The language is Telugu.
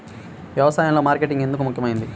వ్యసాయంలో మార్కెటింగ్ ఎందుకు ముఖ్యమైనది?